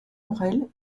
maurel